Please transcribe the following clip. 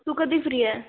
तू कधी फ्री आहे